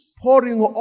pouring